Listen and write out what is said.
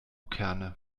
kerne